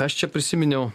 aš čia prisiminiau